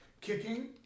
Kicking